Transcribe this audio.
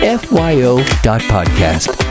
fyo.podcast